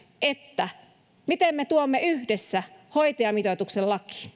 miten me tuomme yhdessä hoitajamitoituksen